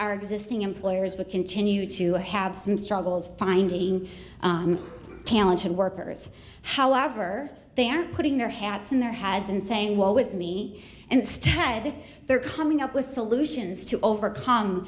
our existing employers would continue to have some struggles finding talented workers however they are putting their hats in their heads and saying well with me instead they're coming up with solutions to overcome